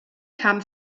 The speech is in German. kam